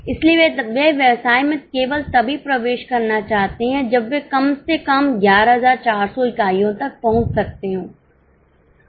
इसलिए वे व्यवसाय में केवल तभी प्रवेश करना चाहते हैं जब वे कम से कम 11400 इकाइयों तक पहुंच सकते हो